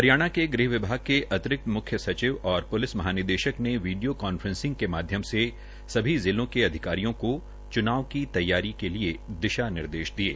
हरियाणा के गृह विभाग के अतिरिक्त म्ख्य सचिव और प्लिस महानिदेशक ने वीडियो कांफ्रेसिंग के माध्यम से सभी जिलों के अधिकारियों को चुनाव की तैयारी के लिये दिशा निर्देश दिये